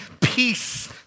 Peace